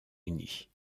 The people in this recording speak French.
unis